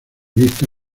vista